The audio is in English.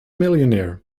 millionaire